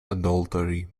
adultery